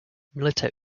military